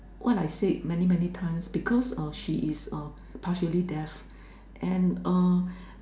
what I say many many times because uh she is partially deaf and uh